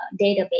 database